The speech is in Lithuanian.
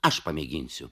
aš pamėginsiu